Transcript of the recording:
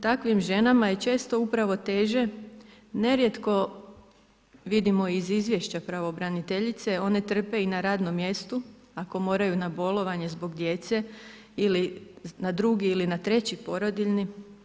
Takvim ženama je često upravo teže, nerijetko vidimo iz izvješća pravobraniteljice one trpe i na radnom mjestu, ako moraju na bolovanje zbog djece ili na drugi ili na treći porodiljni.